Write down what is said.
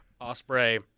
Osprey